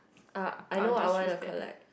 uh I know what I want to collect